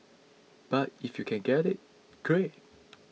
but if you can get it great